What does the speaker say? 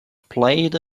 played